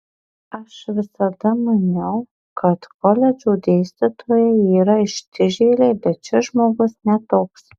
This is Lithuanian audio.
aš visada maniau kad koledžų dėstytojai yra ištižėliai bet šis žmogus ne toks